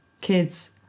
Kids